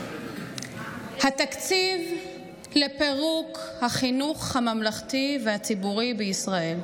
התקציב לפירוק החינוך הממלכתי והציבורי בישראל,